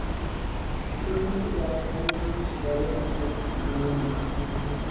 تہٕ مےٚ چھُ باسان زِ یہِ چھُ واریاہ اَصٕل گام اکھ یِمہٕ